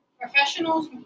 professionals